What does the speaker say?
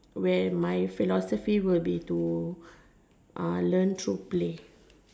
where my philosophy will be to uh learn through play